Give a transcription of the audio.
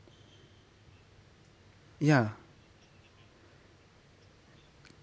ya